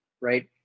Right